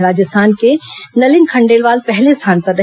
राजस्थान के नलिन खंडेलवाल पहले स्थान पर रहे